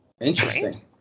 interesting